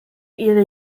ihre